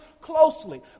closely